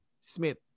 Smith